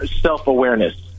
self-awareness